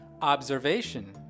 Observation